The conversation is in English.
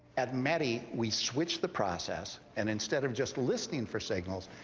at meti, we switch the process, and instead of just listening for signals,